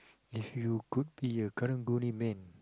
if you could be a Karang-Guni man